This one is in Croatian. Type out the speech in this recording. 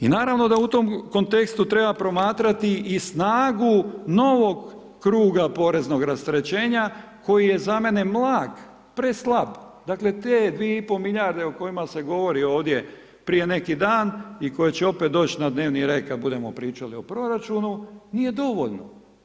I naravno da u tom kontekstu treba promatrati i snagu novog kruga poreznog rasterećenja koje je za mene, mlak, preslab, dakle te 2,5 milijarde o kojima se govori ovdje prije neki dan i koje će opet doći na dnevni red kad budemo pričali o proračunu, nije dovoljno.